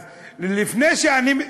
אז לפני שאני,